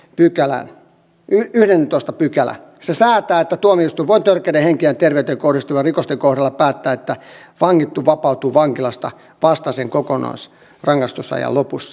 se säätää että tuomioistuin voi törkeiden henkeen ja terveyteen kohdistuvien rikosten kohdalla päättää että vangittu vapautuu vankilasta vasta sen kokonaisrangaistusajan lopussa